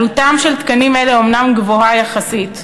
עלותם של תקנים אלה אומנם גבוהה יחסית,